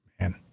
Man